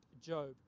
Job